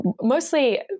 mostly